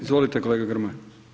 Izvolite kolega Grmoja.